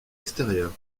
extérieur